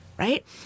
Right